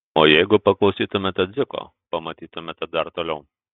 o jeigu paklausytumėte dziko pamatytumėte dar toliau